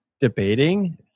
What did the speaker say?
debating